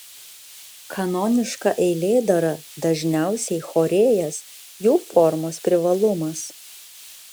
kanoniška eilėdara dažniausiai chorėjas jų formos privalumas